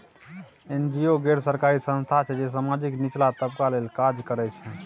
NGO गैर सरकारी संस्था छै जे समाजक निचला तबका लेल काज करय छै